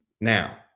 Now